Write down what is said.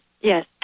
Yes